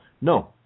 No